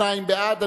שניים בעד.